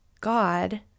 God